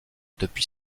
depuis